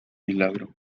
milagro